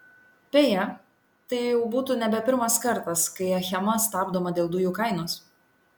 beje tai jau būtų nebe pirmas kartas kai achema stabdoma dėl dujų kainos